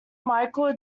michael